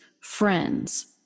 friends